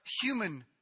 human